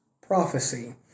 prophecy